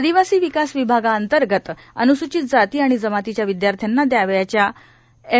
आदिवासी विकास विभागांतर्गत अनुसूचित जाती आणि जमातीच्या विदयार्थ्यांना दयावयाच्या एम